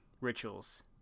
rituals